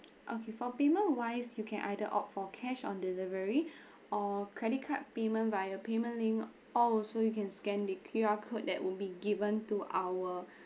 okay for payment wise you can either opt for cash on delivery or credit card payment via payment link or also you can scan the Q_R code that would be given to our